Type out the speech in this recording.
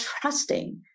trusting